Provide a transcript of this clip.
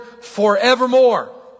forevermore